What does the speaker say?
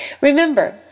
Remember